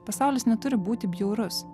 pasaulis neturi būti bjaurus